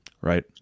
right